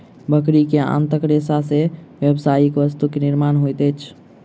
बकरी के आंतक रेशा से व्यावसायिक वस्तु के निर्माण होइत अछि